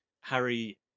Harry